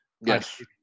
Yes